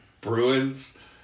Bruins